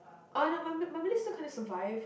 uh no my my malay still kind of survive